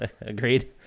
Agreed